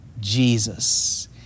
Jesus